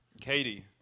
Katie